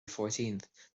fourteenth